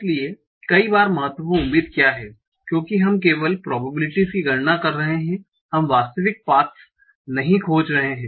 इसलिए कई बार महत्वपूर्ण उम्मीद क्या है क्योंकि हम केवल प्रोबेबिलिटीस की गणना कर रहे हैं हम वास्तविक पाथस् नहीं खोज रहे हैं